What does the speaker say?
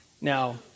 Now